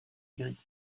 gris